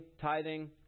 tithing